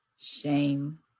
shame